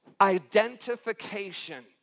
identification